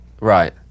Right